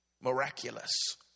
miraculous